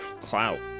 clout